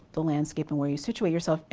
the landscape and where you situate yourself,